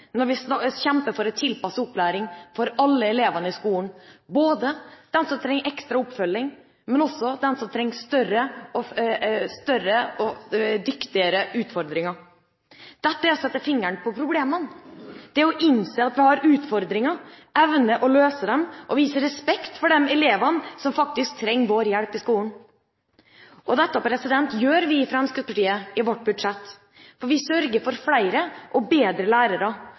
når vi kjemper for en tilpasset opplæring for alle elevene i skolen, både dem som trenger ekstra oppfølging og også dem som trenger større utfordringer. Dette er å sette fingeren på problemene, det er å innse at vi har utfordringer, evne til å løse dem og vise respekt for de elevene som faktisk trenger vår hjelp i skolen. Dette gjør vi i Fremskrittspartiet i vårt budsjett. Vi sørger for flere og bedre lærere,